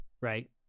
right